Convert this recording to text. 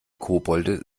kobolde